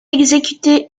exécutés